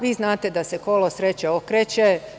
Vi znate da se kolo sreće okreće.